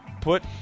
Put